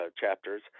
chapters